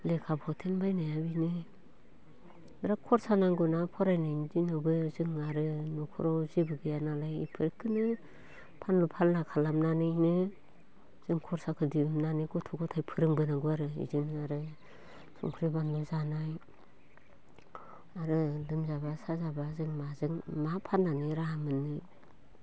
लेखा फावथेन बायनाया बेनो बेराद खरसा नांगौना फरायनायानि दिनावबो जों आरो न'खराव जेबो गैयानालाय इफोरखोनो फानलु फानला खालामनानैनो जों खरसाखौ दिहुननानै गथ' गथाय फोरोंबोनांगौ आरो इदिनो आरो संख्रि बानलु जानाय आरो लोमजाब्ला साजाब्ला जों माजों मा फाननानै राहा मोननो